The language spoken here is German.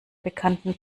bekannten